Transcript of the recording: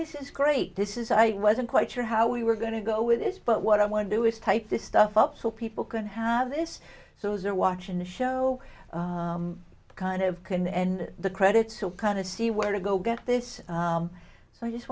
this is great this is i wasn't quite sure how we were going to go with this but what i want to do is type this stuff up so people can have this so those are watching the show kind of can and the credits to kind of see where to go get this so i just